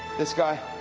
this guy,